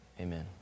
Amen